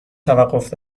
توقف